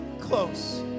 close